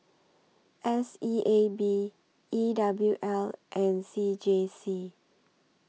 S E A B E W L and C J C